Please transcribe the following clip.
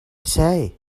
say